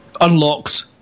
unlocked